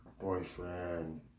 boyfriend